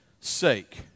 sake